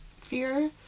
fear